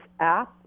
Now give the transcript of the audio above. app